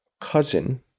cousin